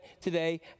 today